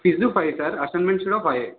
quiz five sir అసైన్మెంట్స్లో ఫైవే